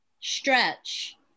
stretch